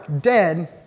dead